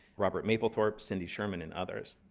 robert mapplethorpe, cindy sherman, and others.